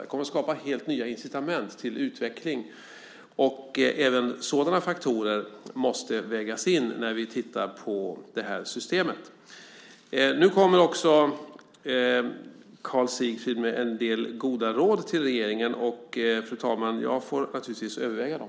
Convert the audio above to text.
Det kommer att skapa helt nya incitament till utveckling. Även sådana faktorer måste vägas in när vi tittar på systemet. Nu kommer Karl Sigfrid också med en del goda råd till regeringen. Fru talman! Jag får naturligtvis överväga dem.